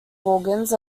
organs